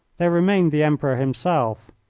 there remained the emperor himself,